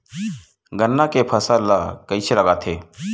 गन्ना के फसल ल कइसे लगाथे?